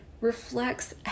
reflects